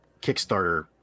Kickstarter